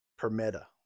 Permetta